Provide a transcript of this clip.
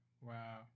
wow